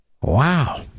Wow